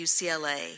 UCLA